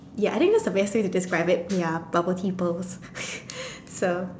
ya I think that's the best way to describe it ya bubble tea pearls so